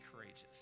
courageous